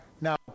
Now